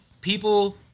People